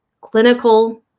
clinical